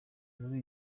muri